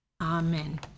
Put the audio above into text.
Amen